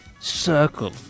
circle